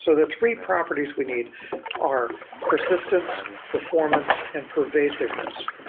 so the three properties we need are persistence, performance and pervasiveness.